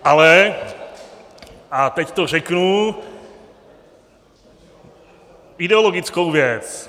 Ale, a teď to řeknu, ideologickou věc.